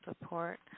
Support